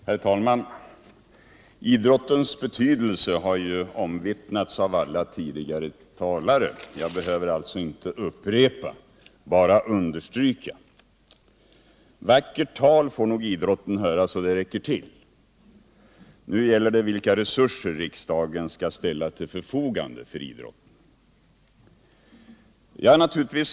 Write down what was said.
Herr talman! Idrottens betydelse har omvittnats av alla tidigare talare. Jag behöver alltså inte upprepa, bara understryka. Vackert tal får nog idrotten höra så det räcker till. Nu gäller det vilka resurser riksdagen skall ställa till idrottens förfogande.